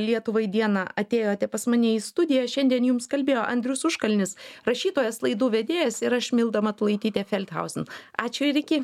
lietuvai dieną atėjote pas mane į studiją šiandien jums kalbėjo andrius užkalnis rašytojas laidų vedėjas ir aš milda matulaitytė felthauzen ačiū ir iki